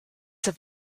have